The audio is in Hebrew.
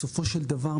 בסופו של דבר,